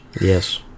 Yes